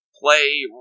play